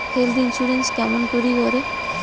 Health insurance কেমন করি করে?